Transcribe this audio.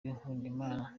nkundimana